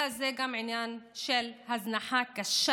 אלא זה גם עניין של הזנחה קשה,